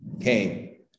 came